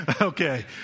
Okay